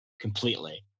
completely